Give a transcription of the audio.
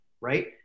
right